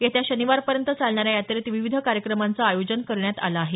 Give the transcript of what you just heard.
येत्या शनिवारपर्यंत चालणाऱ्या या यात्रेत विविध कार्यक्रमांचं आयोजन करण्यात आलं आहे